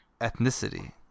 ethnicity